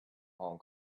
hong